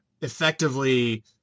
effectively